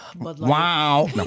Wow